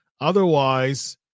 Otherwise